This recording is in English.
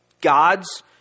God's